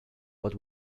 but